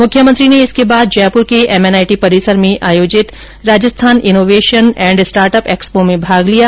मुख्यमंत्री ने इसके बाद जयपुर के एमएनआईटी परिसर में आयोजित Rajasthan innovation and startup expo में भाग लिया